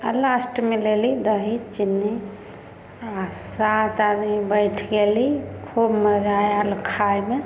आ लास्टमे लेली दही चिन्नी आ सात आदमी बैठ गेली खूब मजा आयल खायमे